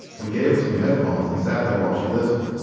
we gave her some headphones and sat there while she listened